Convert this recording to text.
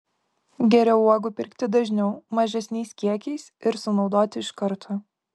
geriau uogų pirkti dažniau mažesniais kiekiais ir sunaudoti iš karto